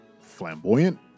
flamboyant